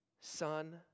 Son